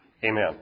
Amen